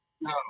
No